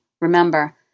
Remember